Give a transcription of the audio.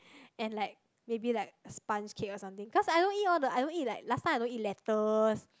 and like maybe like sponge cake or something cause I don't eat all the I don't eat like last time I don't eat lettuce